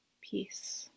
Peace